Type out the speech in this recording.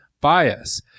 bias